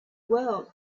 world